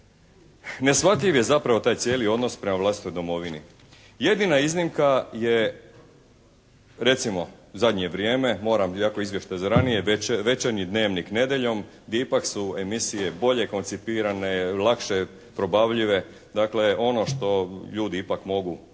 Neshvatljiv je zapravo taj cijeli odnos prema vlastitoj domovini. Jedina iznimka je, recimo zadnje vrijeme moram, iako je izvještaj za ranije večernji Dnevnik nedjeljom. Ipak su emisije bolje koncipirane, lakše probavljive. Dakle ono što ljudi ipak mogu